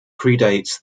predates